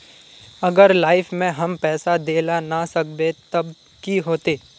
अगर लाइफ में हम पैसा दे ला ना सकबे तब की होते?